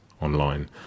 online